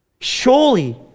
Surely